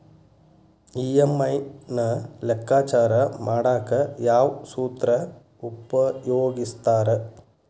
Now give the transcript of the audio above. EMI ನ ಲೆಕ್ಕಾಚಾರ ಮಾಡಕ ಯಾವ್ ಸೂತ್ರ ಉಪಯೋಗಿಸ್ತಾರ